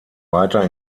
weiter